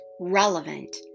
relevant